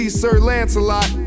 sirlancelot